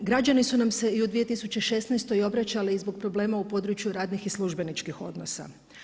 Građani su nam se i u 2016. obraćali i zbog problema u području radnih i službeničkih odnosa.